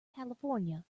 california